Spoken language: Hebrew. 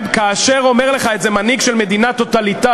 כאשר אומר לך את זה מנהיג של מדינה טוטליטרית